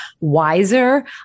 Wiser